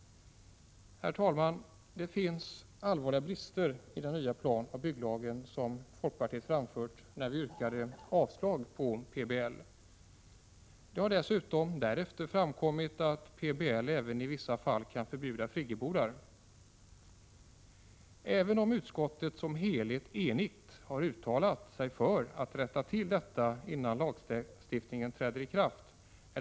Herr talman! Det finns i den nya planoch bygglagen allvarliga brister som folkpartiet också framhöll när folkpartiet yrkade avslag på PBL. Det har därefter framkommit att PBL även i vissa fall kan förbjuda ”Friggebodar”. Detta är allvarligt, även om utskottet som helhet har uttalat sig för att rätta till saken, innan lagstiftningen träder i kraft.